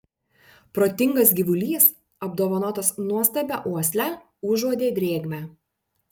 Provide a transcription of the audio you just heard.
protingas gyvulys apdovanotas nuostabia uosle užuodė drėgmę